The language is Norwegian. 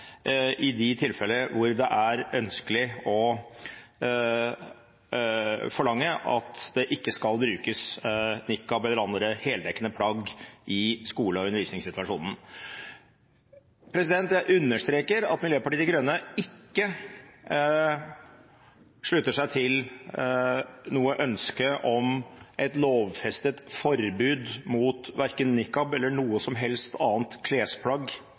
i de tilfeller hvor det er ønskelig å forlange at det ikke skal brukes nikab eller andre heldekkende plagg i skole- og undervisningssituasjonen. Jeg understreker at Miljøpartiet De Grønne ikke slutter seg til noe ønske om et lovfestet forbud mot verken nikab eller noe som helst annet klesplagg